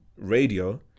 radio